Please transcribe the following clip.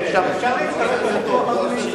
אפשר להצטרף לוויכוח, אדוני?